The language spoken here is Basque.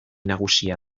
nagusia